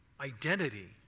identity